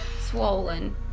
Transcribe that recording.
swollen